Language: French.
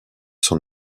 son